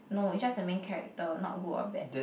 no it's just a main character not good or bad